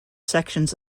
sections